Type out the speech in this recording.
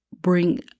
bring